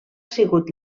sigut